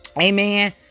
Amen